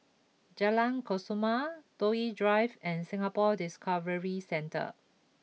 Jalan Kesoma Toh Yi Drive and Singapore Discovery Centre